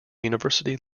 university